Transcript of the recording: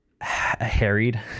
harried